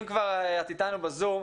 אם כבר את אתנו בזום,